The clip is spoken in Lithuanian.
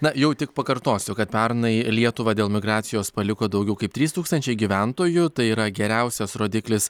na jau tik pakartosiu kad pernai lietuvą dėl migracijos paliko daugiau kaip trys tūkstančiai gyventojų tai yra geriausias rodiklis